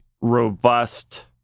robust